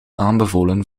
aanbevolen